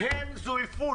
הם זויפו.